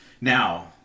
Now